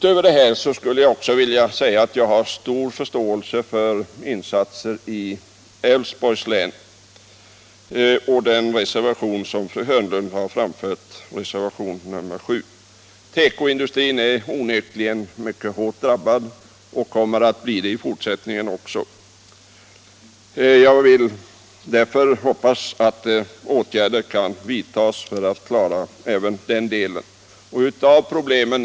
Jag har stor förståelse för att insatser behövs också i Älvsborgs län och för reservationen 7 av fru Hörnlund. Tekoindustrin är onekligen mycket hårt drabbad och kommer att vara det även i fortsättningen. Jag hoppas därför att åtgärder kan vidtas för att klara också den delen.